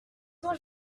tant